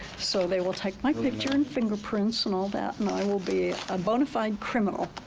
so they will take my picture and fingerprints and all that, and i will be a bona fide criminal.